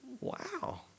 Wow